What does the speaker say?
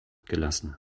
gelassen